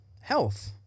health